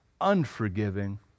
unforgiving